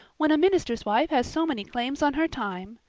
when a minister's wife has so many claims on her time!